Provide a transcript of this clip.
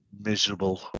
miserable